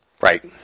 Right